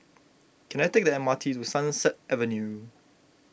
can I take the M R T to Sunset Avenue